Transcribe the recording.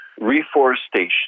reforestation